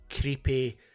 creepy